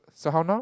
so how now